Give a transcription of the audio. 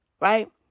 Right